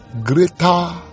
greater